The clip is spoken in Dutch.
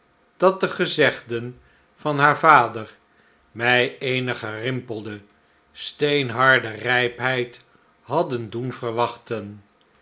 dat de gezegden van haar vader mij eene gerimpelde steenharde rijpheid hadden doen verwachten